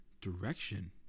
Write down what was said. direction